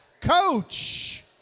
Coach